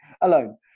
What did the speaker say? alone